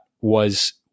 was-